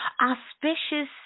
auspicious